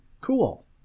cool